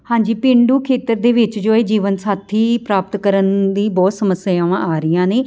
ਹਾਂਜੀ ਪੇਡੂ ਖੇਤਰ ਦੇ ਵਿੱਚ ਜੋ ਇਹ ਜੀਵਨ ਸਾਥੀ ਪ੍ਰਾਪਤ ਕਰਨ ਦੀ ਬਹੁਤ ਸਮੱਸਿਆਵਾਂ ਆ ਰਹੀਆਂ ਨੇ